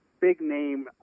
big-name